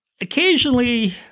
occasionally